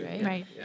right